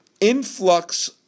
influx